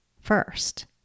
first